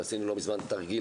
ועשינו לא מזמן תרגיל